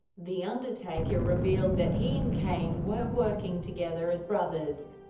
the undertaker revealed that he and kane were working together as brothers.